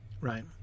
Right